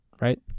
right